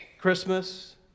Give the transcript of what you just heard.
Christmas